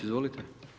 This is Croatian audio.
Izvolite.